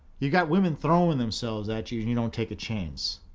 you've got women throwing themselves at you and you don't take a chance.